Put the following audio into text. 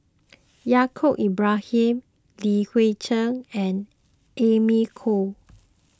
Yaacob Ibrahim Li Hui Cheng and Amy Khor